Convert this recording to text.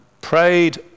prayed